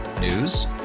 News